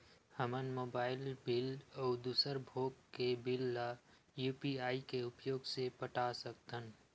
हमन mobile bill अउ दूसर भोग के बिल ला यू.पी.आई के उपयोग से पटा सकथन